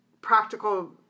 practical